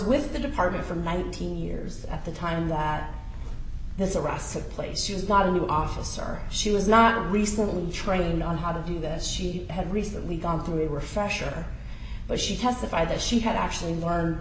with the department from nineteen years at the time that this arrest took place she was not a new officer she was not recently trained on how to do this she had recently gone through were fresher but she testified that she had actually learn